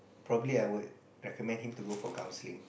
probably I would recommend him to go for counselling